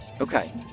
Okay